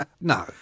No